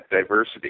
diversity